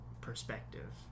perspective